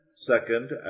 Second